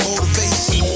Motivation